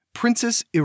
Princess